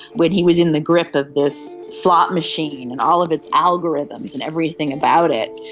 when he was in the grip of this slot machine and all of its algorithms and everything about it,